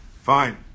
Fine